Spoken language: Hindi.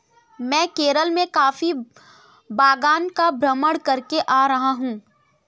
मैं केरल के कॉफी बागान का भ्रमण करके आ रहा हूं